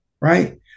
Right